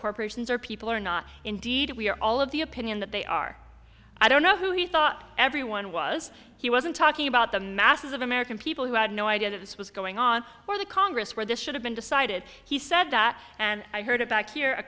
corporations are people or not indeed we are all of the opinion that they are i don't know who he thought everyone was he wasn't talking about the masses of american people who had no idea that this was going on or the congress where this should have been decided he said and i heard it back here a